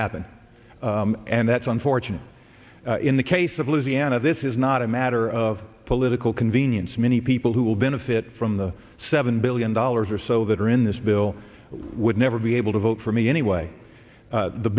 happen and that's unfortunate in the case of louisiana this is not a matter of political convenience many people who will benefit from the seven billion dollars or so that are in this bill would never be able to vote for me anyway